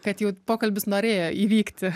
kad jau pokalbis norėjo įvykti